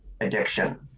addiction